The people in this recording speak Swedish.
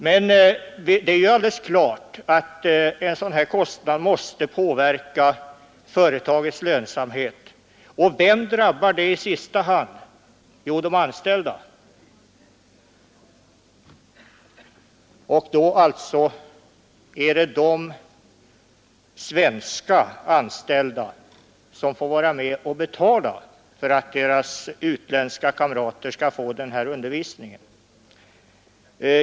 Men det är alldeles klart att en sådan här kostnad måste påverka företagets lönsamhet. Vem drabbar det i sista hand? Jo, de anställda, och då är det alltså de svenska anställda som får vara med och betala för att deras utländska kamrater skall få den här undervisningen.